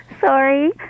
Sorry